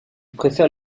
préfère